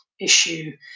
issue